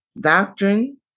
doctrine